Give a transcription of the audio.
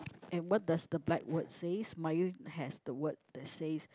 and what does the black word says mine you has the word that says